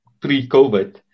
pre-COVID